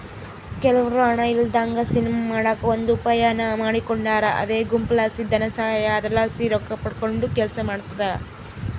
ಕೆಲವ್ರು ಹಣ ಇಲ್ಲದಂಗ ಸಿನಿಮಾ ಮಾಡಕ ಒಂದು ಉಪಾಯಾನ ಮಾಡಿಕೊಂಡಾರ ಅದೇ ಗುಂಪುಲಾಸಿ ಧನಸಹಾಯ, ಅದರಲಾಸಿ ರೊಕ್ಕಪಡಕಂಡು ಕೆಲಸ ಮಾಡ್ತದರ